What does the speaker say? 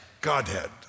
Godhead